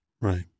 Right